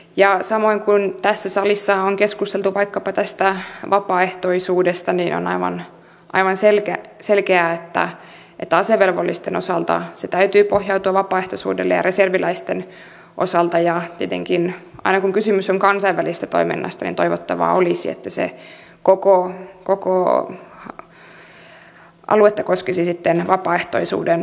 ja samoin kuin tässä salissa on keskusteltu vaikkapa tästä vapaaehtoisuudesta niin on aivan selkeää että asevelvollisten ja reserviläisten osalta sen täytyy pohjautua vapaaehtoisuudelle ja tietenkin aina kun kysymys on kansainvälisestä toiminnasta toivottavaa olisi että koko aluetta koskisi sitten vapaaehtoisuuden pohjalta toimiminen